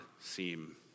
seem